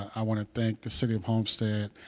i want to thank the city of homestead,